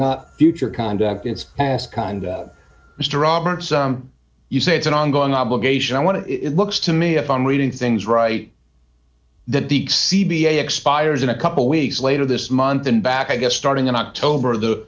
not future conduct it's past kind of mr roberts you say it's an ongoing obligation i want to it looks to me if i'm reading things right that the cfi be a expires in a couple weeks later this month and back i guess starting in october the